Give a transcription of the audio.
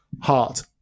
heart